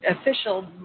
official